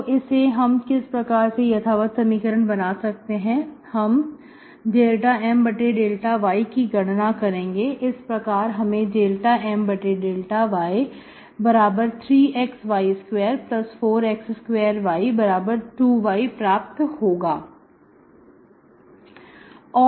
तो इसे हम किस प्रकार से यथावत समीकरण बना सकते हैं हम ∂M∂y की गणना करेंगे इस प्रकार हमें ∂M∂y3xy24x2y2y प्राप्त होगा